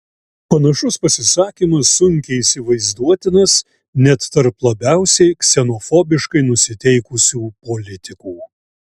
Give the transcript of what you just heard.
panašus pasisakymas sunkiai įsivaizduotinas net tarp labiausiai ksenofobiškai nusiteikusių politikų